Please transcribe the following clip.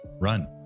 run